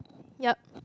yup